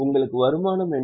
உங்களுக்கு வருமானம் என்ன